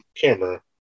camera